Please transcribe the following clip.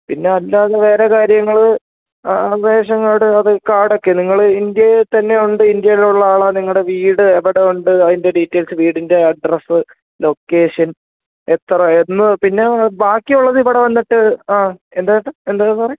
പിന്നെ അല്ലാതെ വേറെ കാര്യങ്ങൾ ആ ആ റേഷൻ കാഡ് അത് കാഡൊക്കെ നിങ്ങൾ ഇന്ത്യയിൽ തന്നെ ഉണ്ട് ഇന്ത്യയിൽ ഉള്ള ആളാണ് നിങ്ങളുടെ വീട് എവിടെ ഉണ്ട് അതിന്റെ ഡീറ്റെയിൽസ് വീടിന്റെ അഡ്രസ്സ് ലൊക്കേഷൻ എത്ര എന്ന് പിന്നെ ആ ബാക്കിയുള്ളത് ഇവിടെ വന്നിട്ട് ആ എന്താ ഏട്ടാ എന്താണ് സാറേ